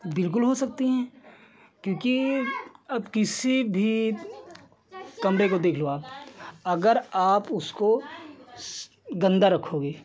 बिल्कुल हो सकती हैं क्योंकि अब किसी भी कमरे को देख लो आप अगर आप उसको गन्दा रखोगे